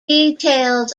details